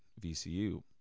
VCU